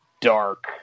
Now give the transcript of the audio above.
dark